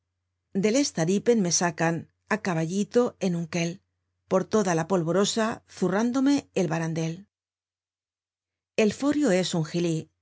metáfora dei estaripen me sacan a caballito en un quel por toda la poivorosa zurrándome el barandel el forio es un jilí